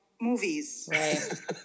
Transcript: movies